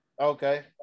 Okay